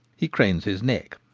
he cranes his neck,